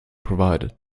provided